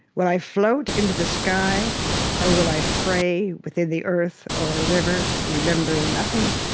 will i float into the sky or will i fray within the earth or a river remembering nothing?